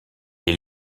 est